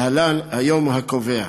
להלן: היום הקובע.